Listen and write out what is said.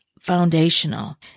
foundational